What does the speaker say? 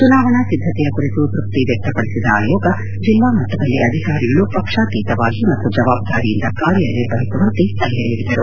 ಚುನಾವಣಾ ಸಿದ್ದಕೆಯ ಕುರಿತು ತೃಪ್ತಿ ವ್ಯಕ್ತಪಡಿಸಿದ ಆಯೋಗ ಜಿಲ್ಲಾಮಟ್ಟದಲ್ಲಿ ಅಧಿಕಾರಿಗಳು ಪಕ್ಷಾತೀತವಾಗಿ ಮತ್ತು ಜವಾಬ್ದಾರಿಯಿಂದ ಕಾರ್ಯನಿರ್ವಹಿಸುವಂತೆ ಸಲಹೆ ನೀಡಿದರು